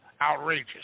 outrageous